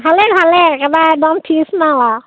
ভালেই ভালেই একেবাৰে একদম ফ্ৰেছ মাল আৰু